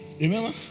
remember